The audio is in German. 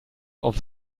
auf